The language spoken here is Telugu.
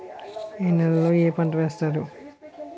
ఏ నేలలో ఏ పంట వేస్తారు?